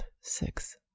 six